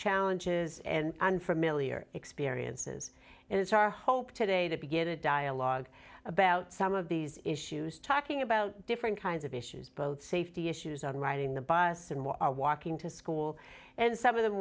challenges and unfamiliar experiences and it's our hope today to begin a dialogue about some of these issues talking about different kinds of issues both safety issues on riding the bus and what are walking to school and some of the